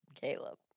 Caleb